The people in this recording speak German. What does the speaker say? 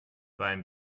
beim